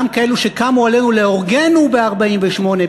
גם כאלה שקמו עלינו להורגנו ב-1948,